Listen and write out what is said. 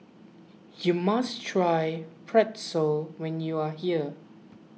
you must try Pretzel when you are here